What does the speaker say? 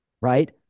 right